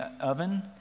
oven